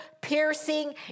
piercing